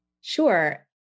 Sure